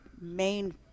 main